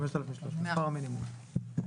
5,300. שכר המינימום.